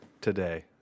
today